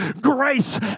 grace